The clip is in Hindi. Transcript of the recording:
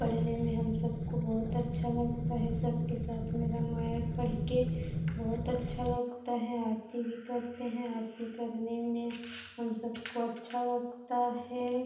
पढ़ने में हम सबको बहुत अच्छा लगता है सबके साथ में रामायण पढ़कर बहुत अच्छा लगता है आरती भी करते हैं आरती करने में हम सबको अच्छा लगता है